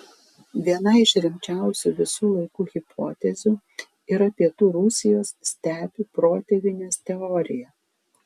viena iš rimčiausių visų laikų hipotezių yra pietų rusijos stepių protėvynės teorija